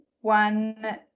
One